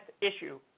issue